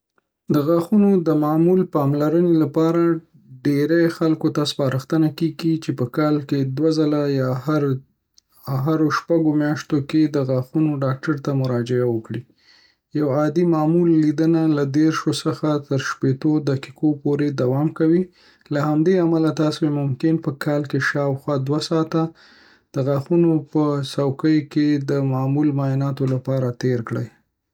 د غاښونو د معمول پاملرنې لپاره، ډیری خلکو ته سپارښتنه کیږي چې په کال کې دوه ځله یا په هرو شپږو میاشتو کې د غاښونو ډاکټر ته مراجعه وکړي. یو عادي معمول لیدنه له دیرشو څخه تر شپیتو دقیقو پورې دوام کوي. له همدې امله، تاسو ممکن په کال کې شاوخوا دوه ساعته د غاښونو په څوکۍ کې د معمول معایناتو لپاره تیر کړئ.